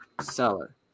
seller